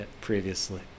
previously